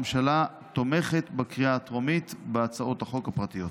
הממשלה תומכת בקריאה הטרומית בהצעות החוק הפרטיות.